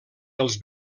els